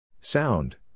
Sound